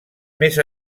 més